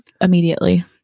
immediately